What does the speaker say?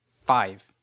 Five